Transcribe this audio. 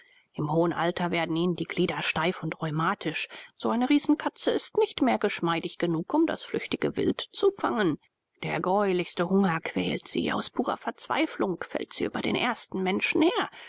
im hohen alter werden ihnen die glieder steif und rheumatisch so eine riesenkatze ist nicht mehr geschmeidig genug um das flüchtige wild zu fangen der greulichste hunger quält sie aus purer verzweiflung fällt sie über den ersten menschen her